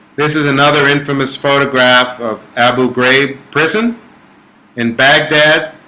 this is another infamous photograph of abu ghraib prison in baghdad